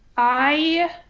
i